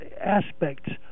aspects